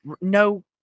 No